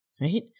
right